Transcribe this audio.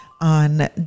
on